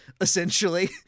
essentially